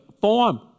form